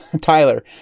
Tyler